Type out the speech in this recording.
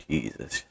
Jesus